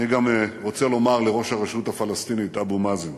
אני גם רוצה לומר לראש הרשות הפלסטינית אבו מאזן: